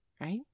Right